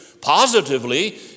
positively